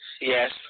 Yes